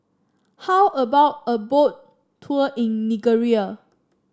how about a Boat Tour in Nigeria